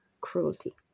cruelty